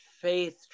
faith